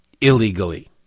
illegally